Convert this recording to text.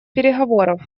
переговоров